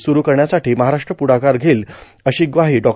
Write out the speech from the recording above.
सुरू करण्यासाठी महाराष्ट्र पुढाकार घेईल अशी ग्वाही डॉ